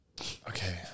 Okay